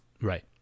right